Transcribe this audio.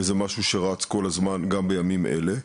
וזה משהו שרץ כל הזמן גם בימים אלה,